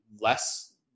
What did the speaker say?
less